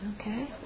okay